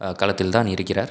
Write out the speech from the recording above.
களத்தில் தான் இருக்கிறார்